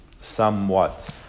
somewhat